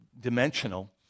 dimensional